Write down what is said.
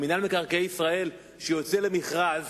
מינהל מקרקעי ישראל שיוצא למכרז